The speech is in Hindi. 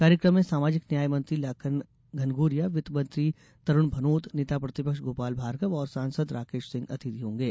कार्यक्रम में सामाजिक न्याय मंत्री लखन घनघोरिया वित्त मंत्री तरूण भनोत नेता प्रतिपक्ष गोपाल भार्गव और सांसद राकेश सिंह अतिथि होंगे